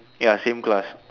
ya same class